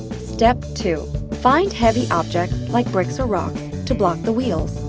step two. find heavy objects like bricks or rocks to block the wheels.